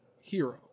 hero